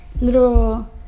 little